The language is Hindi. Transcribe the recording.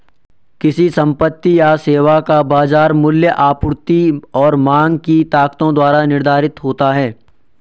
किसी संपत्ति या सेवा का बाजार मूल्य आपूर्ति और मांग की ताकतों द्वारा निर्धारित होता है